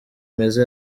meza